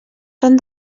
són